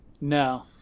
No